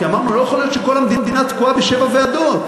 כי אמרנו שלא יכול להיות שכל המדינה תקועה בשבע ועדות.